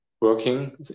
working